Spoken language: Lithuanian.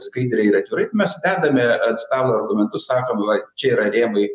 skaidriai ir atvirai mes dedame ant stalo argumentus sakom va čia yra rėmai